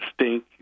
stink